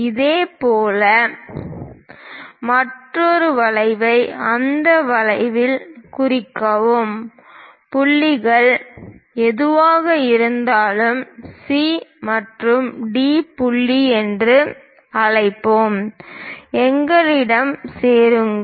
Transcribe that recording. இதேபோல் மற்றொரு வளைவை அந்த வழியில் குறிக்கவும் புள்ளிகள் எதுவாக இருந்தாலும் C புள்ளி மற்றும் D புள்ளி என்று அழைப்போம் அவர்களுடன் சேருங்கள்